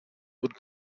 would